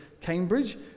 Cambridge